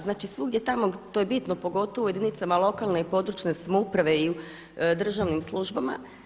Znači svugdje tamo, to je bitno pogotovo u jedinicama lokalne i područne samouprave i u državnim službama.